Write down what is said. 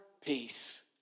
peace